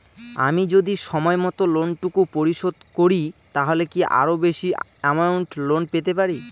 আমি যদি সময় মত লোন টুকু পরিশোধ করি তাহলে কি আরো বেশি আমৌন্ট লোন পেতে পাড়ি?